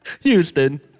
Houston